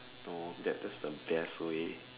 no that that's the best way